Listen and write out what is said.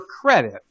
credit